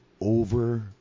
over